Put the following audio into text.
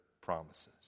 promises